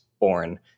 born